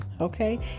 Okay